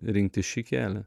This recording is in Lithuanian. rinktis šį kelią